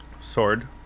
Sword